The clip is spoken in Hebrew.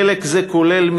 חלק זה כולל,